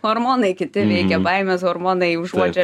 hormonai kiti veikia baimės hormonai užuodžia